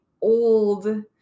old